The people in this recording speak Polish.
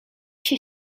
się